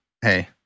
hey